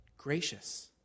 Gracious